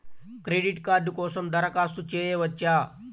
Credit card కోసం దరఖాస్తు చేయవచ్చా?